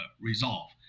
resolve